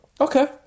Okay